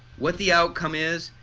what the outcome is,